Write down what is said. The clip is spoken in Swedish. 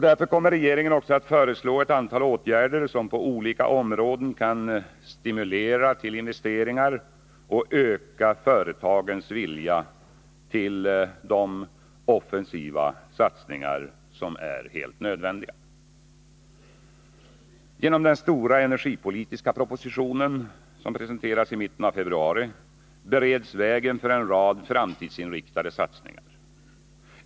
Därför kommer regeringen också att föreslå ett antal åtgärder som på olika områden kan stimulera till investeringar och öka företagens vilja till de offensiva satsningar som är helt nödvändiga. Genom den stora energipolitiska propositionen, som kommer att presenteras i mitten av februari, bereds vägen för en rad framtidsinriktade satsningar.